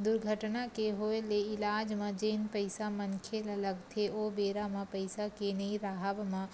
दुरघटना के होय ले इलाज म जेन पइसा मनखे ल लगथे ओ बेरा म पइसा के नइ राहब म